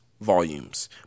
volumes